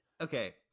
okay